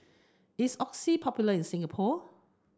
is Oxy popular in Singapore